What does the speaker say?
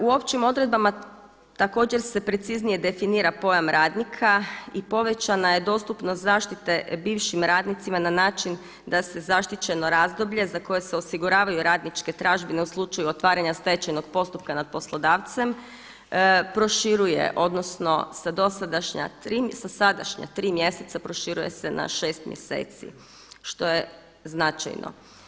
U općim odredbama također se preciznije definira pojam radnika i povećana je dostupnost zaštite bivšim radnicima na način da se zaštićeno razbolje za koje se osiguravaju radničke tražbine u slučaju otvaranja stečajnog postupka nad poslodavcem proširuje, odnosno sa dosadašnja tri, sa sa sadašnja tri mjeseca proširuje se na šest mjeseci, što je značajno.